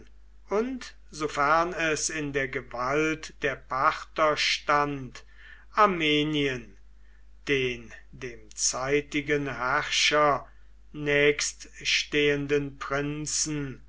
und sofern es in der gewalt der parther stand armenien den dem zeitigen herrscher nächststehenden prinzen